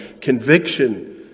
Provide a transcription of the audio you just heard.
Conviction